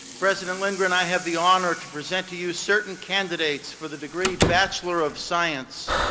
president lindgren, i have the honor to present to you certain candidates for the degree bachelor of science.